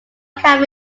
cafe